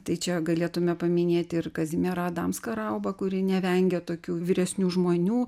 tai čia galėtume paminėti ir kazimierą adamską raubą kuri nevengia tokių vyresnių žmonių